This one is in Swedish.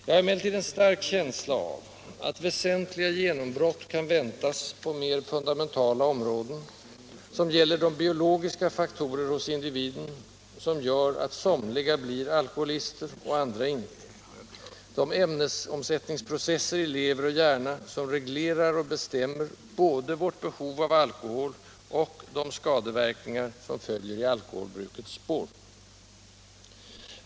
Jag har emellertid en stark känsla av att väsentliga genombrott kan väntas på mer fundamentala områden, som gäller de biologiska faktorer hos individen som gör att somliga blir alkoholister och andra inte, nämligen de ämnesomsättningsprocesser i lever och hjärna som reglerar och bestämmer både vårt behov av alkohol och de skadeverkningar som följer i alkoholbrukets spår.